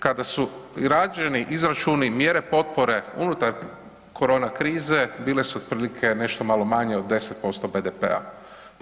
Kada su rađeni izračuni, mjere potpore unutar korona krize, bile su otprilike nešto malo manje od 10% BDP-a.